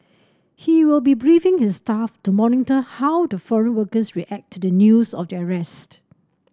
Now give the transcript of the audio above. he will be briefing his staff to monitor how the foreign workers react to the news of the arrests